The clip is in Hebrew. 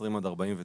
20 עד 49,